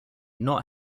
not